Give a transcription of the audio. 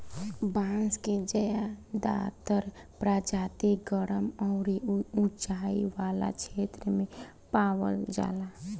बांस के ज्यादातर प्रजाति गरम अउरी उचाई वाला क्षेत्र में पावल जाला